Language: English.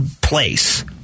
place